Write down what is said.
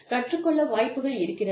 கற்றுக் கொள்ள வாய்ப்புகள் இருக்கிறது